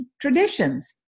traditions